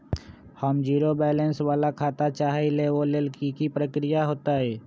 हम zero balance वाला खाता चाहइले वो लेल की की प्रक्रिया होतई?